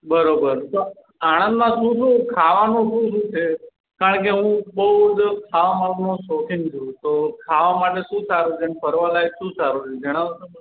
બરાબર તો આણંદમાં શું શું ખાવાનું શું શું છે કારણકે હું બહુ જ ખાવાનાનો શોખીન છું તો ખાવા માટે શું સારું છે અને ફરવાલાયક શું સારું છે જણાવશો મને